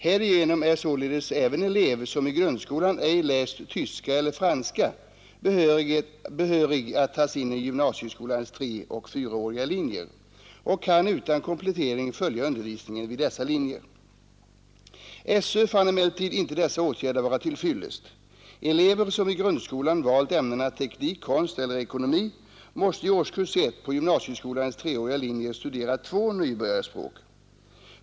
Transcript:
Härigenom är således även elev som i grundskolan ej läst tyska eller franska behörig att tas in i gymnasieskolans treoch fyraåriga linjer och kan utan komplettering följa undervisningen vid dessa linjer. SÖ fann emellertid inte dessa åtgärder vara till fyllest. Elever, som i grundskolan valt ämnena teknik, konst eller ekonomi, måste i årskurs 1 på gymnasieskolans treåriga linjer studera två nybörjarspråk.